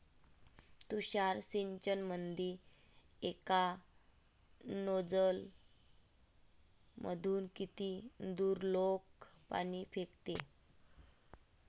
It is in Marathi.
तुषार सिंचनमंदी एका नोजल मधून किती दुरलोक पाणी फेकते?